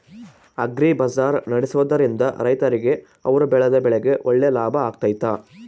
Agri ಬಜಾರ್ ನಡೆಸ್ದೊರಿಂದ ರೈತರಿಗೆ ಅವರು ಬೆಳೆದ ಬೆಳೆಗೆ ಒಳ್ಳೆ ಲಾಭ ಆಗ್ತೈತಾ?